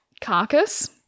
carcass